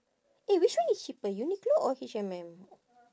eh which one is cheaper Uniqlo or H&M